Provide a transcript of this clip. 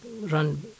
run